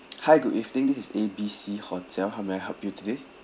hi good evening this is A B C hotel how may I help you today